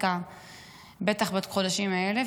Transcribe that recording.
בטח בחודשים האלה,